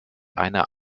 einer